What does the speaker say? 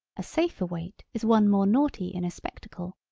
a safer weight is one more naughty in a spectacle.